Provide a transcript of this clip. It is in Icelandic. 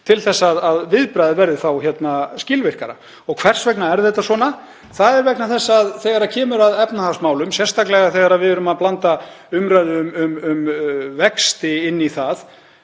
á þau spil, verði skilvirkara. Og hvers vegna er þetta svona? Það er vegna þess að þegar kemur að efnahagsmálum, sérstaklega þegar við erum að blanda umræðunni um vexti inn í það,